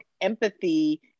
empathy